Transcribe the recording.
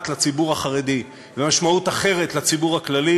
לציבור החרדי ומשמעות אחרת לציבור כללי,